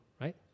right